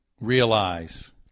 realize